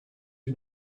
you